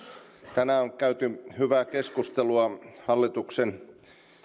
tänään on käyty hyvää keskustelua hallituksen